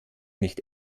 nicht